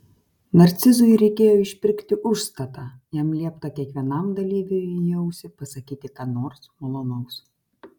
narcizui reikėjo išpirkti užstatą jam liepta kiekvienam dalyviui į ausį pasakyti ką nors malonaus